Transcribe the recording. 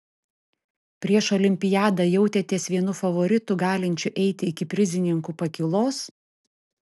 prieš olimpiadą jautėtės vienu favoritų galinčiu eiti iki prizininkų pakylos